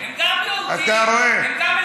גם הם יהודים, גם הם